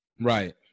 right